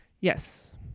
Yes